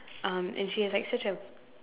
um and she has like such a